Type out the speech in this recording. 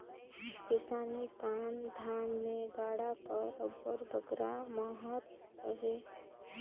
किसानी काम धाम मे गाड़ा कर अब्बड़ बगरा महत अहे